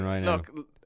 look